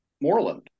Moreland